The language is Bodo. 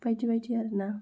बायदि बायदि आरो ना